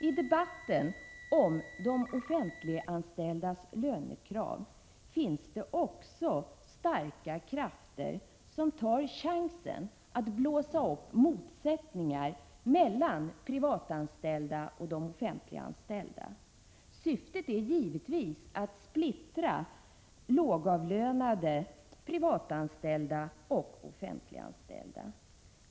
I debatten om de offentliganställdas lönekrav finns också starka krafter som tar chansen att blåsa upp motsättningar mellan privatanställda och de offentliganställda. Syftet är givetvis att splittra lågavlönade privatanställda och offentliganställda.